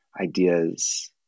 ideas